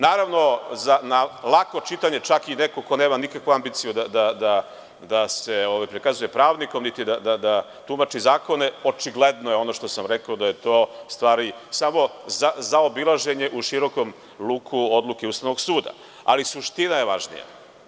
Naravno, za lako čitanje čak i neko ko nema nikakvu ambiciju da se prikazuje pravnikom, niti da tumači zakone, očigledno je ono što sam rekao da je to u stvari samo zaobilaženje u širokom luku odluke Ustanog suda, ali suština je važnija.